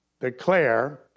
declare